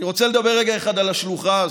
אני רוצה לדבר רגע אחד על השלוחה הזאת.